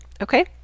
okay